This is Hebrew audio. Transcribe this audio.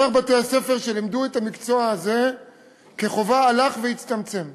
ומספר בתי-הספר שלימדו את המקצוע הזה כחובה הלך והצטמצם.